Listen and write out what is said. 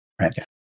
right